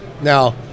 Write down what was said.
Now